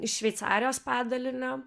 iš šveicarijos padalinio